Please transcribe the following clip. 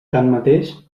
tanmateix